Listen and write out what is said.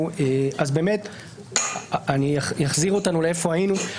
אני אחזיר אותנו למקום בו היינו.